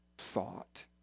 thought